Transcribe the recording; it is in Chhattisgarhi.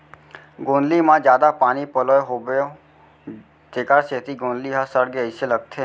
गोंदली म जादा पानी पलोए होबो तेकर सेती गोंदली ह सड़गे अइसे लगथे